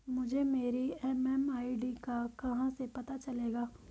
मुझे मेरी एम.एम.आई.डी का कहाँ से पता चलेगा?